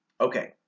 okay